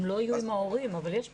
הם לא יהיו עם ההורים, אבל יש מסיבות,